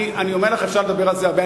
אני אומר לך, אפשר לדבר על זה הרבה.